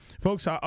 Folks